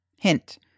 Hint